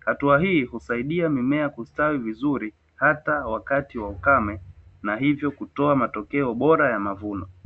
Hatua hii husaidia mimea kustawi vizuri hata wakati wa ukame na hivyo kutoa matokeo bora ya mavuno.